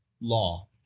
law